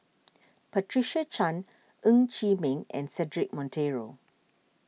Patricia Chan Ng Chee Meng and Cedric Monteiro